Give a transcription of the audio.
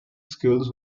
skills